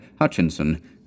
Hutchinson